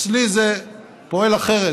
אצלי זה פועל אחרת.